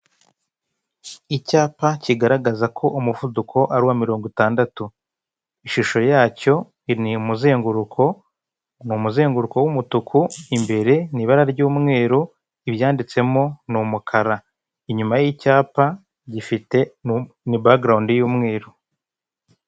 Icyapa kigaragaza ko umuvuduko ari uwa mirongo itandatu. Ishusho yacyo ni umuzenguruko, ni umuzenguruko w'umutuku imbere ni ibara ry'umweru ibyanditsemo ni umukara, inyuma y'icyapa gifite ni bagarawundi y'umweru.